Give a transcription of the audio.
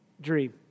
dream